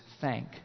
thank